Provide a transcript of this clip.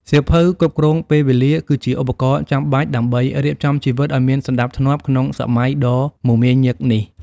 សៀវភៅគ្រប់គ្រងពេលវេលា គឺជាឧបករណ៍ចាំបាច់ដើម្បីរៀបចំជីវិតឱ្យមានសណ្ដាប់ធ្នាប់ក្នុងសម័យដ៏មមាញឹកនេះ។